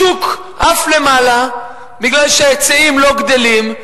השוק עף למעלה כי ההיצעים לא גדלים,